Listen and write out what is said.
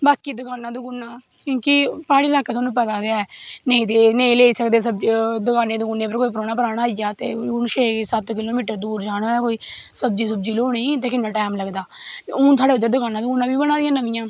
बाकी दकानां दकूनां क्योंकि प्हाड़ी लाह्कै तोआनू पता ते है नेंई लेई सकदे कोई परौना परूना आई जा ते हून छो सत्त किलो मीटर दूर जाना होऐ ते सब्जी सुब्जी लेओने ते किन्ना टैम डऊघशआ़ लगदा हून साढ़ै उध्दर दकानां दकूनां बी बना दियां नमियां